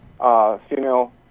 Female